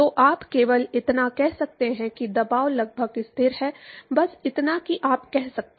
तो आप केवल इतना कह सकते हैं कि दबाव लगभग स्थिर है बस इतना ही आप कह सकते हैं